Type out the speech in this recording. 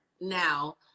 now